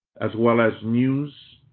as well as news